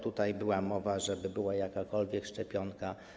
Tutaj była mowa o tym, żeby była jakakolwiek szczepionka.